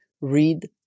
read